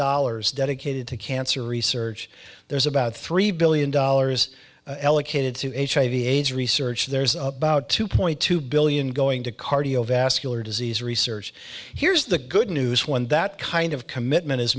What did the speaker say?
dollars dedicated to cancer research there's about three billion dollars elec headed to hiv aids research there's about two point two billion going to cardiovascular disease research here's the good news when that kind of commitment is